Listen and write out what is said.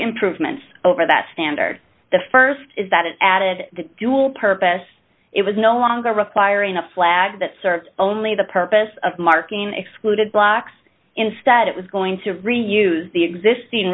improvements over that standard the st is that it added the dual purpose it was no longer requiring a flag that serves only the purpose of marking excluded blocks instead it was going to reuse the existing